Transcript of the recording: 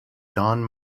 non